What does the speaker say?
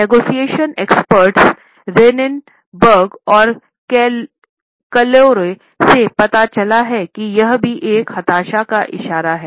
negotiation experts से पता चला है कि यह भी एक हताशा का इशारा हैं